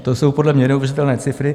To jsou podle mě neuvěřitelné cifry.